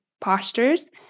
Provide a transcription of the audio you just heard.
postures